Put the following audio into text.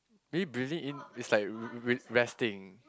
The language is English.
maybe breathing in is like r~ r~ resting